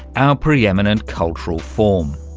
our pre-eminent cultural form,